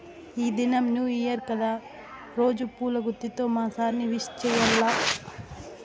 ఈ దినం new year కదా రోజా పూల గుత్తితో మా సార్ ని విష్ చెయ్యాల్ల